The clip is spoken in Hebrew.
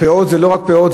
הפאות הן לא רק פאות,